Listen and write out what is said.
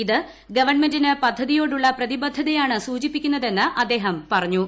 ഇത് ഗവൺമെന്റിന് പദ്ധതിയോടുള്ള പ്രതിബദ്ധതയാണ് സൂചിപ്പിക്കുന്നതെന്ന് അദ്ദേഹം പറഞ്ഞു